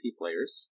players